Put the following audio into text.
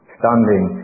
standing